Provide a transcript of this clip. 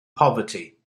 poverty